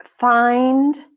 find